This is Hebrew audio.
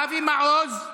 אבי מעוז.